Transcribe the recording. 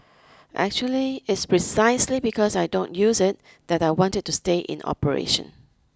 actually it's precisely because I don't use it that I want it to stay in operation